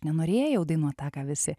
nenorėjau dainuot tą ką visi